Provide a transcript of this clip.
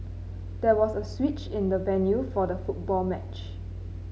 there was a switch in the venue for the football match